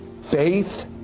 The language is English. faith